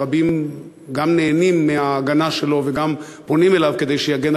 ורבים גם נהנים מההגנה שלו וגם פונים אליו כדי שיגן